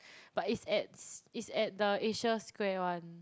but it's at it's at the Asia Square one